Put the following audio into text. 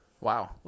Wow